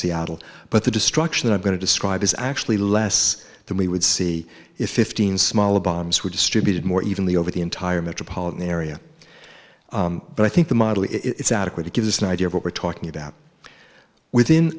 seattle but the destruction i'm going to describe is actually less than we would see it fifteen smaller bombs were distributed more evenly over the entire metropolitan area but i think the model is adequate to give us an idea of what we're talking about within